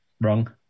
wrong